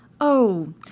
Oh